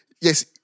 yes